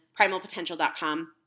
primalpotential.com